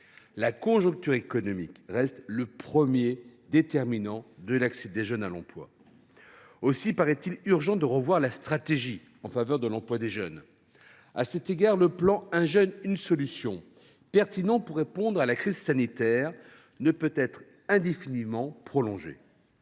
La conjoncture économique reste le premier déterminant de l’accès des jeunes à l’emploi. Aussi paraît il urgent de revoir la stratégie en faveur de l’emploi des jeunes. À cet égard, le dispositif « 1 jeune, 1 solution », pertinent pour répondre à la crise sanitaire, ne peut être indéfiniment prolongé.